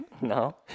No